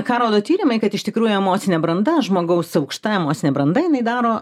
ką rodo tyrimai kad iš tikrųjų emocinė branda žmogaus aukšta emocinė branda jinai daro